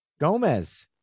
Gomez